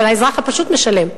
אבל האזרח הפשוט משלם.